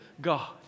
God